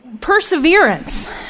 perseverance